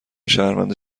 شهروند